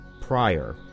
prior